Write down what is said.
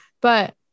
but-